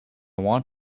want